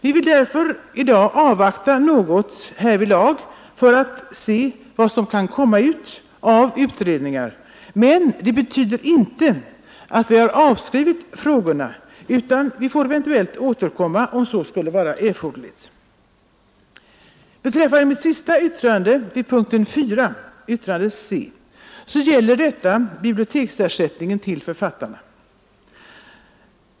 Vi vill därför i dag avvakta något härvidlag för att se vad som kommer av utredningarna, men det betyder inte att vi har avskrivit frågorna, utan vi får eventuellt återkomma om så skulle erfordras. Mitt särskilda yttrande 2 c vid punkten 4 gäller biblioteksersättningen till författarna.